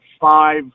five